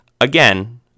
Again